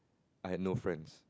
I had no friends